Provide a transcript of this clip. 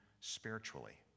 spiritually